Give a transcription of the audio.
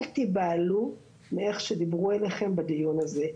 אל תיבהלו מאיך שדיברו אליכם בדיון הזה,